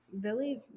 Billy